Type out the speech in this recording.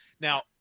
Now